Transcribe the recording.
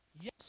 yes